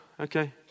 Okay